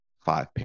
five